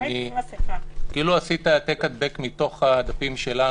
כאילו עשית העתק-הדבק מתוך הדפים שלנו,